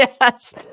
Yes